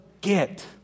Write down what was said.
get